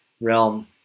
realm